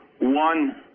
one